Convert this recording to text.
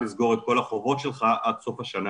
לסגור את כל החובות שלך עד סוף השנה.